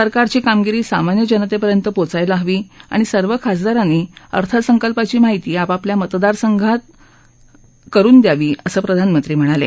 सरकारची कामगिरी सामान्य जनतेपर्यंत पोचायला हवी आणि सर्व खासदारांनी अर्थासंकल्पाची माहिती आपापल्या मतदारसंघात करुन घ्यावी असं प्रधानमंत्री म्हणाले